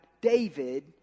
David